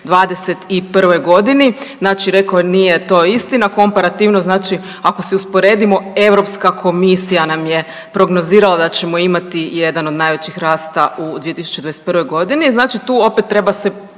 2021.g., znači rekao je nije to istina, komparativno znači ako si usporedimo Europska komisija nam je prognozirala da ćemo imati jedan od najvećih rasta u 2021.g., znači tu opet treba se